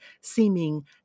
seeming